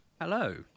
Hello